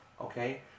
okay